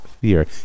fear